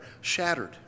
shattered